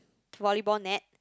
volleyball net